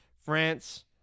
France